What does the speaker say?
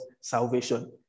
salvation